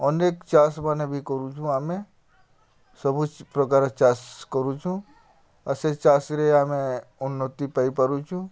ଅନେକ୍ ଚାଷ୍ ବି କରୁଛୁଁ ଆମେ ସବୁ ପ୍ରକାର୍ ଚାଷ୍ କରୁଛୁଁ ଆଉ ସେ ଚାଷ୍ରେ ଆମେ ଉନ୍ନତି ପାଇପାରୁଛୁଁ